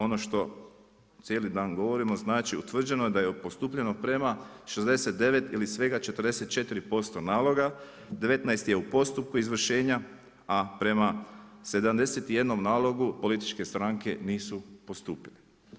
Ono što cijeli dan govorimo znači utvrđeno je da postupljeno prema 69 ili svega 44% naloga, 19 je u postupku izvršenja, a prema 71 nalogu političke stranke nisu postupile.